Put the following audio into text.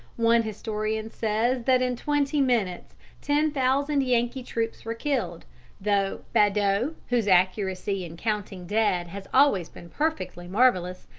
one historian says that in twenty minutes ten thousand yankee troops were killed though badeau, whose accuracy in counting dead has always been perfectly marvellous,